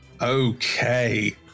Okay